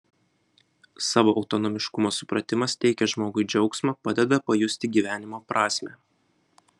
savo autonomiškumo supratimas teikia žmogui džiaugsmą padeda pajusti gyvenimo prasmę